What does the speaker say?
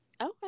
Okay